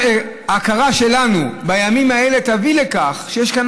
ההכרה שלנו בימים האלה גם תביא לכך שיש כאן